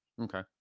okay